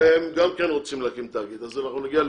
וגם כן רוצים להקים תאגיד, אז אנחנו נגיע ל-80.